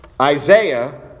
Isaiah